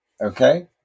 Okay